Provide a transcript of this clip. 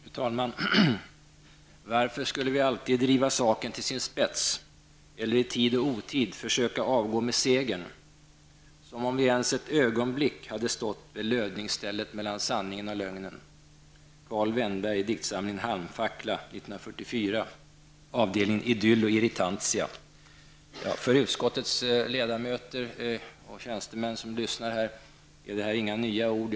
Fru talman! Varför skulle vi alltid driva saken till sin spets eller i tid och otid försöka avgå med segern, som om vi ens ett ögonblick hade stått vid lödningsstället mellan sanningen och lögnen? Så skrev Karl Vennberg i diktsamlingen Halmfackla För utskottets ledamöter och tjänstemän som lyssnar är det här inga nya ord.